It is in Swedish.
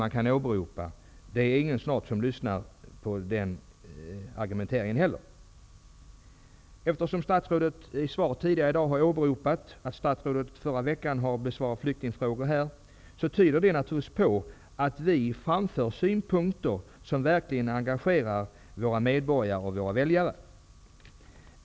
Snart är det inte någon som lyssnar på den argumenteringen. Att statsrådet i dag i tidigare svar har åberopat att statsrådet besvarade flyktingfrågor här i kammaren i förra veckan tyder på att det här framförs synpunkter som verkligen engagerar medborgarna och väljarna.